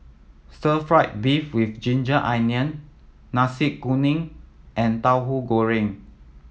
Stir Fry beef with ginger onion Nasi Kuning and Tahu Goreng